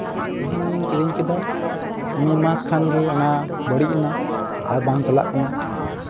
ᱛᱮᱦᱮᱧ ᱤᱧ ᱠᱤᱨᱤᱧ ᱠᱮᱫᱟ ᱢᱤᱫ ᱢᱟᱥ ᱠᱷᱟᱱᱜᱮ ᱚᱱᱟ ᱵᱟᱹᱲᱤᱡ ᱮᱱᱟ ᱟᱨ ᱵᱟᱝ ᱪᱟᱞᱟᱜ ᱠᱟᱱᱟ